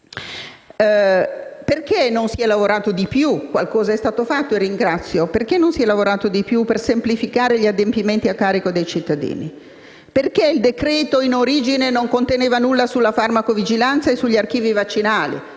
Perché non si è lavorato di più - qualcosa è stato fatto e ringrazio - per semplificare gli adempimenti a carico dei cittadini? Perché il decreto-legge non contiene nulla sulla farmacovigilanza e sugli archivi vaccinali